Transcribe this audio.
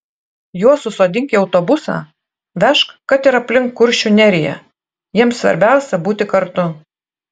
juos susodink į autobusą vežk kad ir aplink kuršių neriją jiems svarbiausia būti kartu